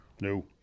No